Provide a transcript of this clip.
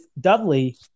Dudley